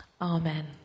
Amen